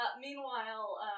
Meanwhile